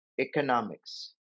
economics